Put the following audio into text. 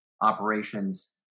operations